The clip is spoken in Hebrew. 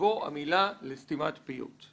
תבוא המילה "ולסתימת פיות".